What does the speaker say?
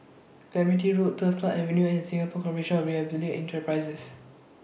Clementi Road Turf Club Avenue and Singapore Corporation of Enterprises